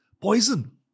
poison